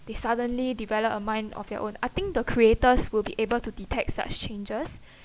they suddenly develop a mind of their own I think the creators will be able to detect such changes